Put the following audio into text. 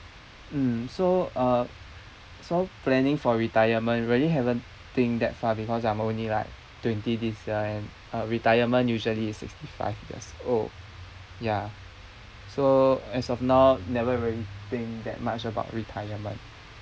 mm so uh sort of planning for retirement really haven't think that far because I'm only like twenty this year uh retirement usually is sixty five years old ya so as of now never really think that much about retirement